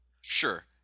Sure